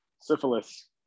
Syphilis